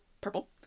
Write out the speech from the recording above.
purple